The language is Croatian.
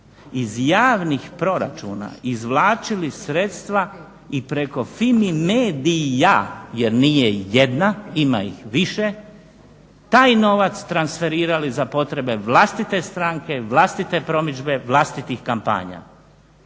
iz javnih proračuna izvlačili sredstva i preko FIMI medija jer nije jedna ima ih više taj novac transferirali za potrebe vlastite stranke, vlastite promidžbe, vlastitih kampanja.